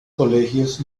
colegios